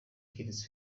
kids